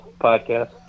podcast